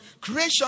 Creation